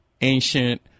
ancient